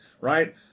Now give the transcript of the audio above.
right